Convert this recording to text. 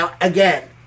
again